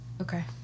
Okay